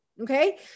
Okay